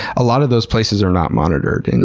a lot of those places are not monitored. and